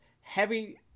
heavy